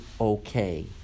okay